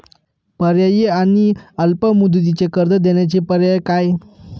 पर्यायी आणि अल्प मुदतीचे कर्ज देण्याचे पर्याय काय?